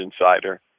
Insider